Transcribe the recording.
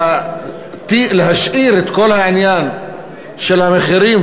להשאיר את כל העניין של המחירים,